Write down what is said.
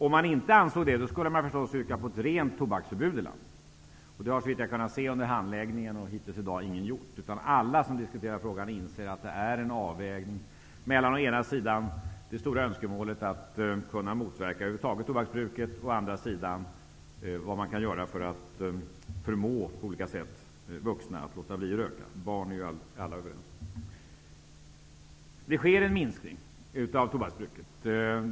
Om man inte ansåg det skulle man naturligtvis gå in för ett rent tobaksförbud i landet. Av vad jag kan se av handläggningen och höra i debatten har hittills ingen gjort det. Alla som diskuterar frågan inser att det handlar om en avvägning mellan å ena sidan det stora önskemålet att kunna motverka tobaksbruket och å andra sidan vad man kan göra för att på olika sätt förmå vuxna att låta bli att röka. Alla är ju överens om att barn inte skall röka.